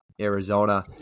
Arizona